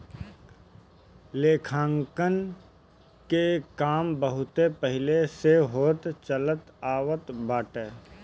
लेखांकन के काम बहुते पहिले से होत चलत आवत बाटे